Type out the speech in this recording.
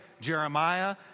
Jeremiah